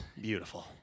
Beautiful